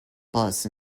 bus